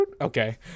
Okay